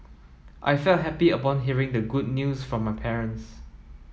I felt happy upon hearing the good news from my parents